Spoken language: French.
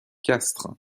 castres